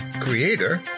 creator